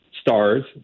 stars